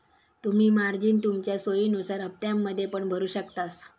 तुम्ही मार्जिन तुमच्या सोयीनुसार हप्त्त्यांमध्ये पण भरु शकतास